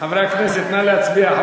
חברי הכנסת, נא להצביע.